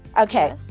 Okay